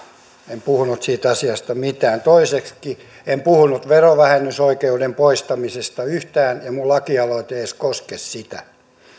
en puhunut siitä asiasta mitään toiseksi en puhunut verovähennysoikeuden poistamisesta yhtään minun lakialoitteeni ei edes koske sitä